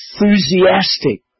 enthusiastic